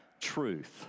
truth